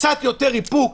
קצת יותר איפוק.